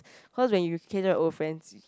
cause when you catch up old friends you